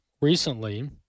recently